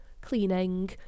Cleaning